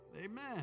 Amen